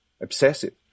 obsessive